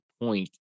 point